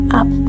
up